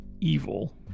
evil